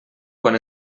quan